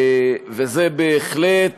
וזה בהחלט